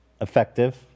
Effective